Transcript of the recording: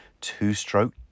two-stroke